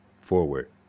forward